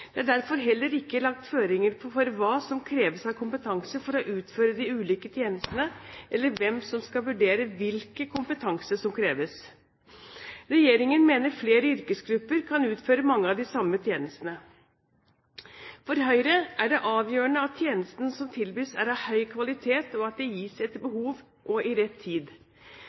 Det er derfor heller ikke lagt føringer for hva som kreves av kompetanse for å utføre de ulike tjenestene, eller hvem som skal vurdere hvilken kompetanse som kreves. Regjeringen mener flere yrkesgrupper kan utføre mange av de samme tjenestene. For Høyre er det avgjørende at tjenestene som tilbys, er av høy kvalitet, og at de gis etter behov og til rett tid.